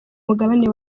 mugabane